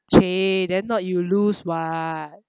!chey! then not you lose [what]